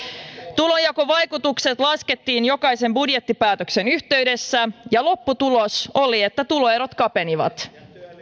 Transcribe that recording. tulonjakovaikutukset laskettiin jokaisen budjettipäätöksen yhteydessä ja lopputulos oli että tuloerot kapenivat